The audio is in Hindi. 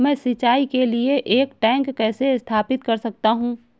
मैं सिंचाई के लिए एक टैंक कैसे स्थापित कर सकता हूँ?